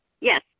Yes